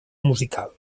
musical